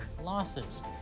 losses